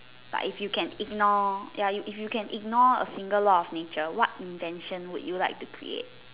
but if you can ignore ya if you can ignore a single law of nature what invention would you like to create